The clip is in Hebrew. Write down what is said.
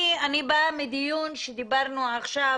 אני באה מדיון שדיברנו עכשיו,